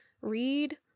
Read